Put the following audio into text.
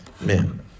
man